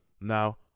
Now